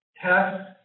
test